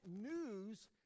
news